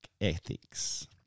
ethics